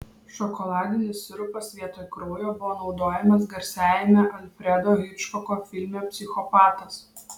šokoladinis sirupas vietoj kraujo buvo naudojamas garsiajame alfredo hičkoko filme psichopatas